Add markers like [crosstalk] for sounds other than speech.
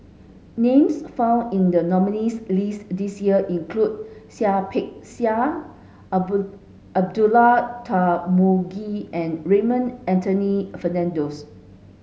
names found in the nominees' list this year include Seah Peck Seah [unintelligible] Abdullah Tarmugi and Raymond Anthony Fernando's